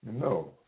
No